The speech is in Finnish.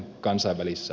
arvoisa puhemies